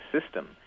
system